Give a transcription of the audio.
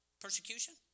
persecution